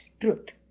truth